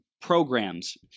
programs